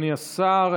אדוני השר.